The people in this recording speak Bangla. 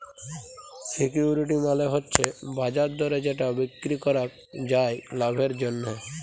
সিকিউরিটি মালে হচ্যে বাজার দরে যেটা বিক্রি করাক যায় লাভের জন্যহে